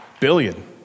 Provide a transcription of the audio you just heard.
Billion